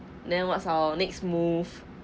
then what's our next move